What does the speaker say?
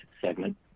segment